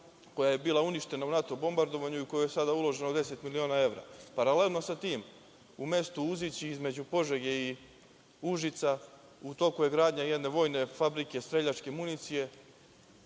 koja je bila uništen u NATO bombardovanju i u kojoj je sada uloženo 10 miliona evra, paralelno sa tim u mestu Uzići između Požege i Užica, u toku je gradnja jedne vojne fabrike streljačke municije